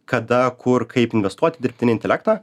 kada kur kaip investuot į dirbtinį intelektą